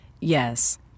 Yes